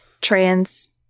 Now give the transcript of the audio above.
trans